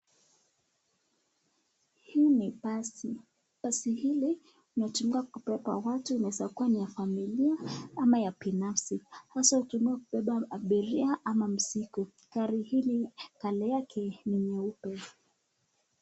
Hii ni basi. Basi hili linatumika kubeba watu inaeza kuwa ni ya familia ama ya binafsi, hasa ukiamua kubeba abiria ama mzigo. Gari hili kando yake ni nyeupe.